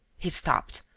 he stopped,